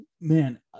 man